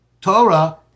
Torah